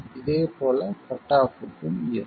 இதேபோல cut off க்கும் இருக்கும்